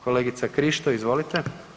Kolegica Krišto, izvolite.